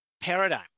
paradigm